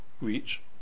reach